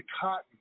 cotton